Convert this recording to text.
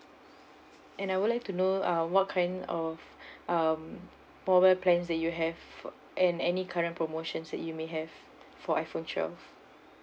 and I would like to know uh what kind of um mobile plans that you have f~ and any current promotions that you may have for iphone twelve